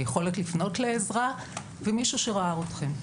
היכולת לפנות לעזרה ומישהו שראה אתכם.